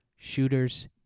Shooters